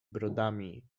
brodami